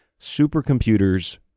supercomputers